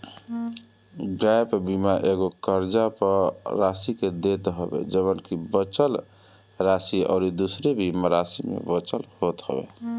gap बीमा एगो कर्जा पअ राशि के देत हवे जवन की बचल राशि अउरी दूसरी बीमा राशि में बचल होत हवे